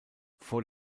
vor